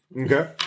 Okay